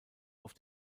auf